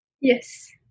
Yes